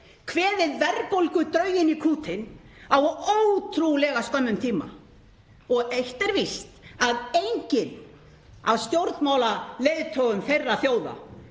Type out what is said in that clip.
kveðið verðbólgudrauginn í kútinn á ótrúlega skömmum tíma? Eitt er víst að enginn af stjórnmálaleiðtogum þeirra þjóða